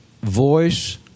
voice